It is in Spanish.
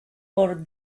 por